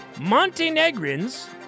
Montenegrins